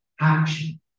action